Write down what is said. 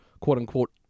quote-unquote